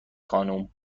خانم